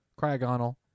Cryogonal